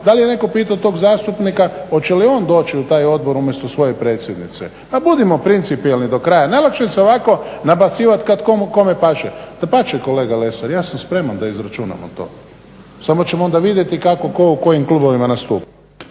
da li je netko pitao tog zastupnika hoće li on doći u taj odbor umjesto svoje predsjednice? Pa budimo principijelni do kraja, najlakše se je ovako nabacivati kad komu kome paše. Dapače, kolega Lesar, ja sam spreman da izračunam o tome, samo ćemo onda vidjeti kako tko u kojim klubovima nastupa.